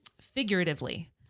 figuratively